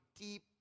deep